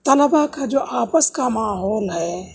طلباء کا جو آپس کا ماحول ہے